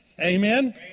Amen